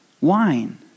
wine